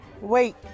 Wait